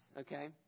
okay